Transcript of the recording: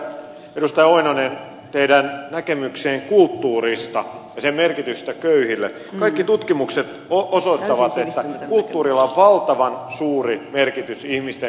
mutta mitä tulee edustaja oinonen teidän näkemykseenne kulttuurista ja sen merkityksestä köyhille kaikki tutkimukset osoittavat että kulttuurilla on valtavan suuri merkitys ihmisten hyvinvoinnille